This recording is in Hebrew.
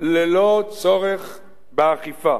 ללא צורך באכיפה.